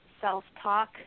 self-talk